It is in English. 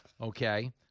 okay